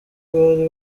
bari